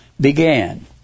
began